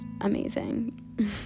amazing